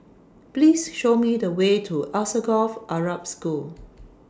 Please Show Me The Way to Alsagoff Arab School